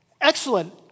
Excellent